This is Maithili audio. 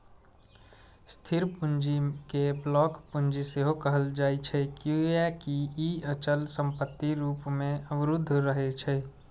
स्थिर पूंजी कें ब्लॉक पूंजी सेहो कहल जाइ छै, कियैकि ई अचल संपत्ति रूप मे अवरुद्ध रहै छै